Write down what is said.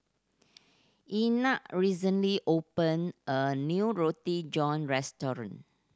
Ina recently opened a new Roti John restaurant